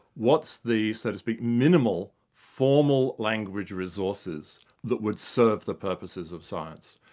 what's the, so to speak, minimal formal language resources that would serve the purposes of science?